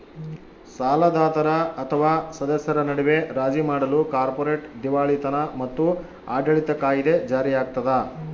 ಸಾಲದಾತರ ಅಥವಾ ಸದಸ್ಯರ ನಡುವೆ ರಾಜಿ ಮಾಡಲು ಕಾರ್ಪೊರೇಟ್ ದಿವಾಳಿತನ ಮತ್ತು ಆಡಳಿತ ಕಾಯಿದೆ ಜಾರಿಯಾಗ್ತದ